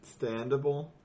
standable